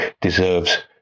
deserves